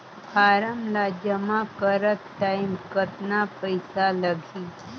Form ला जमा करत टाइम कतना पइसा लगही?